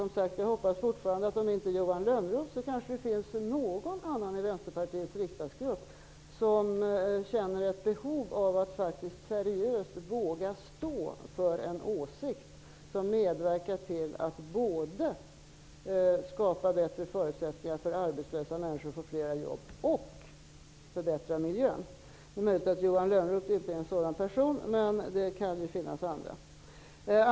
Jag hoppas fortfarande att det kanske finns någon i Vänsterpartiets riksdagsgrupp som känner ett behov av att seriöst våga stå för en åsikt som medverkar till att både skapa bättre förutsättningar för arbetslösa människor att få jobb och förbättra miljön, om nu inte Johan Lönnroth gör det. Det är möjligt att Johan Lönnroth inte är en sådan person, men det kan finnas andra.